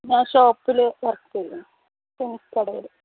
ഞാൻ ഷോപ്പിൽ വർക്ക് ചെയ്യുകയാണ് തുണി കടയിൽ